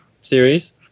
series